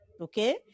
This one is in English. okay